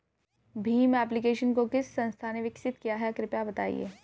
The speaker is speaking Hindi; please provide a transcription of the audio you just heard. भीम एप्लिकेशन को किस संस्था ने विकसित किया है कृपया बताइए?